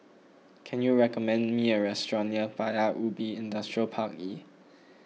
can you recommend me a restaurant near Paya Ubi Industrial Park E